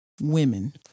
Women